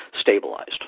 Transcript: stabilized